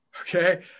Okay